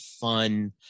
fun